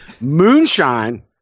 Moonshine